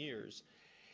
years